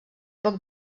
poc